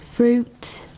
Fruit